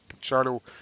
channel